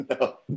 No